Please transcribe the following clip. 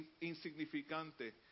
insignificante